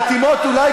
שמתאימות אולי,